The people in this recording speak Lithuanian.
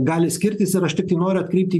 gali skirtis ir aš tik tai noriu atkreipti